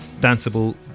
danceable